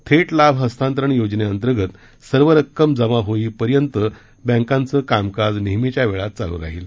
थेट लाभ हस्तांतरण योजनेअंतर्गत सर्व रक्कम जमा होईपर्यंत बँकांचे कामकाज नेहमीच्या वेळात चालू राहील